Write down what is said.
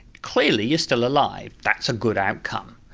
clearly you're still alive, that's a good outcome.